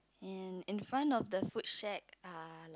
and in front of the fruit shake are